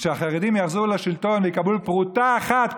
כשהחרדים יחזרו לשלטון ויקבלו פרוטה אחת,